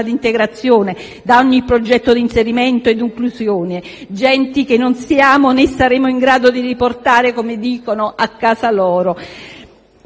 di integrazione e progetto di inserimento e inclusione. Genti che non siamo, né saremo in grado di riportare, come dicono, a casa loro,